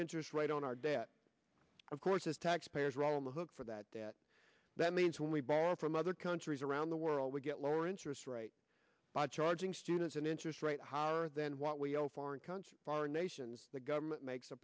interest rate on our debt of course as taxpayers roll the hook for that debt that means when we borrow from other countries around the world we get lower interest rate by charging students an interest rate higher than what we owe foreign country foreign nations the government makes a